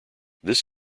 this